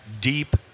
Deep